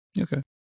Okay